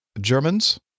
Germans